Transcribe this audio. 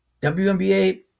WNBA